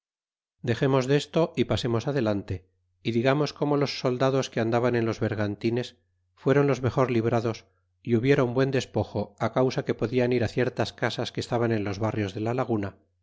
dexernos desto y pasemos adelante y digamos como los soldados que andaban en los bergantines fueron los mejor librados é hubieron buen despojo causa que podian irá ciertas casas que estalpen en los barrios de la laguna